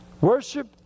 Worship